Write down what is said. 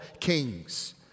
kings